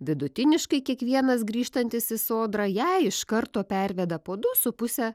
vidutiniškai kiekvienas grįžtantis į sodrą ją iš karto perveda po du su puse